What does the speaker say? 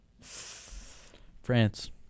France